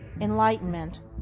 enlightenment